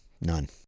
none